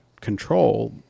control